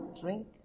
drink